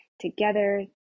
together